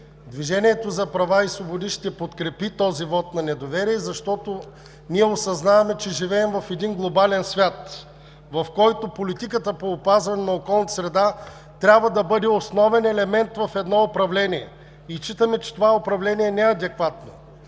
„Движението за права и свободи“ ще подкрепи този вот на недоверие, защото ние осъзнаваме, че живеем в един глобален свят, в който политиката по опазване на околната среда трябва да бъде основен елемент в едно управление и считаме, че това управление не е адекватно